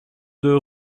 deux